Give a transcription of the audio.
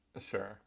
sure